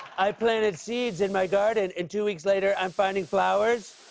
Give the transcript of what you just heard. i planted seeds in my garden, and two weeks later i'm finding flowers?